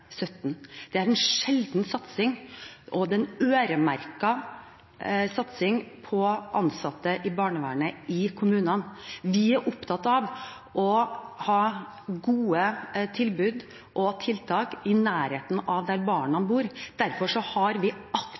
en øremerket satsing – på ansatte i barnevernet i kommunene. Vi er opptatt av å ha gode tilbud og tiltak i nærheten av der barna bor. Derfor har vi